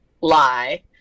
lie